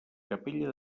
capella